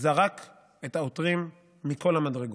זרק את העותרים מכל המדרגות.